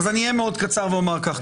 אני אדבר בקצרה ואומר כך,